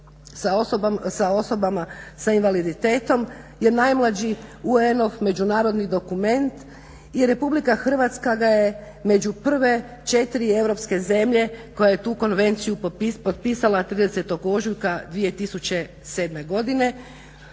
za osobe s invaliditetom, je najmlađi UN-ov međunarodni dokument i Republika Hrvatska je među prve četiri europske zemlje koja je tu konvenciju potpisala 30. ožujka 2007. godine.